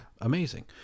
amazing